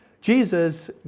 Jesus